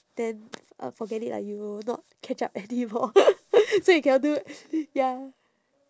then uh forget it lah you will not catch up anymore so you cannot do ya